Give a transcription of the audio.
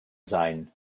sein